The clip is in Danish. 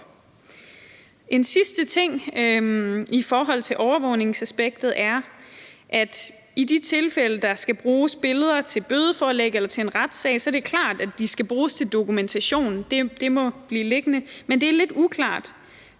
En sidste ting i forhold til overvågningsaspektet er, at i de tilfælde, hvor der skal bruges billeder til bødeforelæg eller til en retssag, er det klart, at de skal bruges til en dokumentation – det må blive liggende – men det er lidt uklart,